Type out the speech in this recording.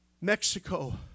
Mexico